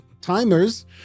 timers